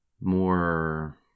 more